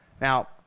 Now